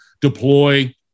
deploy